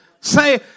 Say